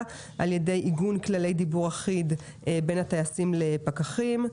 על ידי עיגון כללי דיבור אחיד בין הטייסים לפקחים.